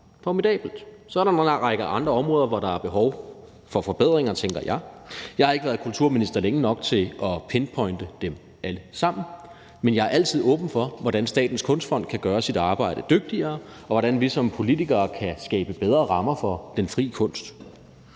formidabelt. Så er der en lang række andre områder, hvor der er behov for forbedringer, tænker jeg. Jeg har ikke været kulturminister længe nok til at pinpointe dem alle sammen, men jeg er altid åben for, hvordan Statens Kunstfond kan gøre sit arbejde dygtigere, og hvordan vi som politikere kan skabe bedre rammer for den frie kunst.